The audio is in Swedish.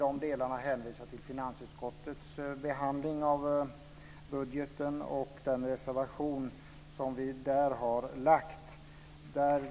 Jag vill här hänvisa till finansutskottets behandling av budgeten och den reservation som vi där har lagt fram.